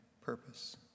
purpose